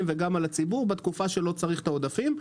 וגם על הציבור בתקופה שלא צריך את העודפים.